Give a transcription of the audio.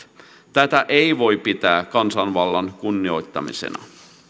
tätä ei voi pitää kansanvallan kunnioittamisena